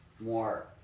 more